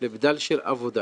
לבדל של עבודה